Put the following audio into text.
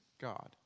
God